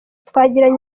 twagiranye